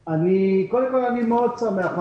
קודם כול, אני מאוד שמח.